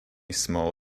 small